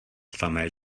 samé